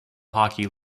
hockey